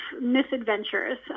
misadventures